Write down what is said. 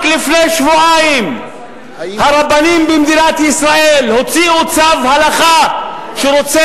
רק לפני שבועיים הרבנים במדינת ישראל הוציאו צו הלכה שרוצה